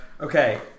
Okay